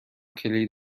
کلید